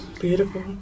Beautiful